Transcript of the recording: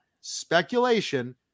speculation